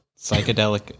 psychedelic